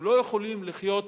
הם לא יכולים לחיות ביחד.